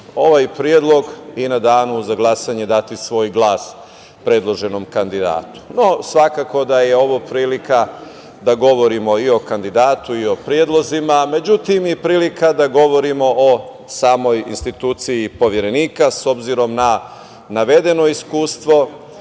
ovaj predlog i u danu za glasanje dati svoj glas predloženom kandidatu.No, svakako da je ovo prilika da govorimo i o kandidatu i o predlozima. Međutim, prilika je i da govorimo o samoj instituciji Poverenika, s obzirom na navedeno iskustvo,